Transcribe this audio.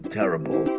terrible